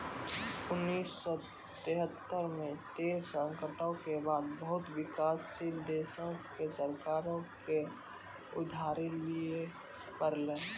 उन्नीस सौ तेहत्तर मे तेल संकटो के बाद बहुते विकासशील देशो के सरकारो के उधारी लिये पड़लै